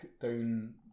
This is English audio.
down